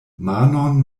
manon